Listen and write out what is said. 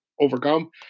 overcome